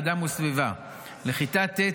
אדם וסביבה לכיתה ט',